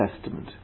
Testament